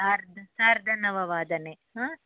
सार्ध सार्धनववादने हा